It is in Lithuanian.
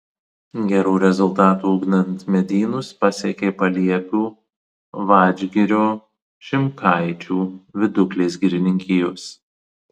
gerų rezultatų ugdant medynus pasiekė paliepių vadžgirio šimkaičių viduklės girininkijos